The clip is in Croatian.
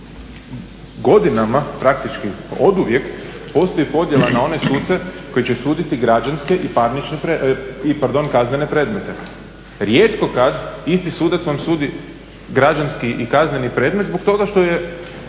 Godinama praktički oduvijek postoji podjela na one suce koji će suditi građanske i kaznene predmete. Rijetko kada isti sudac vam sudi građanski i kazneni predmet zbog toga što je,